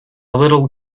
little